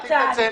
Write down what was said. אל תתנצל.